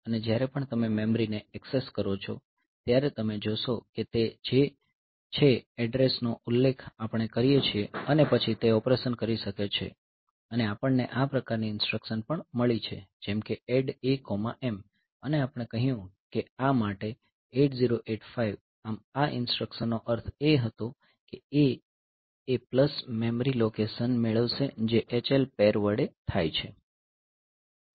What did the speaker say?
અને જ્યારે પણ તમે મેમરી ને ઍક્સેસ કરો છો ત્યારે તમે જોશો કે તે એ છે જે એડ્રેસ નો આપણે ઉલ્લેખ કરી શકીએ છીએ અને પછી તે ઓપરેશન કરી શકે છે અને આપણને આ પ્રકારની ઇન્સટ્રકશન પણ મળી છે જેમ કે ADD AM અને આપણે કહ્યું કે આ માટે 8085 આમ આ ઇન્સટ્રકશનનો અર્થ એ હતો કે A એ પ્લસ મેમરી લોકેશન મેળવશે જે HL પૈર વડે થાય છે